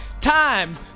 time